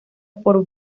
por